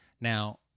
now